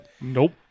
Nope